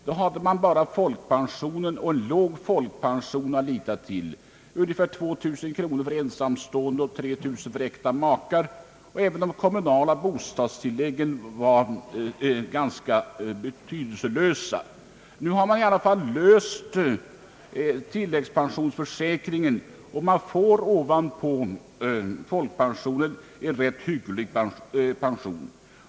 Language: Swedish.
Då hade man bara folkpensionen, en låg folkpension, att lita till — ungefär 2 000 kronor för ensamstående och 3 000 kronor för äkta makar. Även de kommunala bostadstilläggen var ganska betydelselösa. Nu har man i alla fall infört den allmänna tilläggs pensioneringen, och ovanpå folkpensionen utbetalas därmed en rätt hygglig pension.